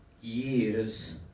years